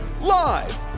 Live